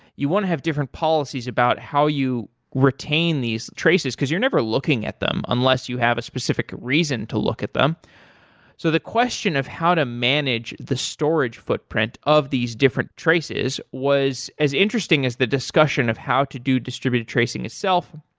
you want to have different policies about how you retain these traces, because you're never looking at them, unless you have a specific reason to look at them so the question of how to manage the storage footprint of these different traces was as interesting as the discussion of how to do distributed tracing itself.